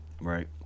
Right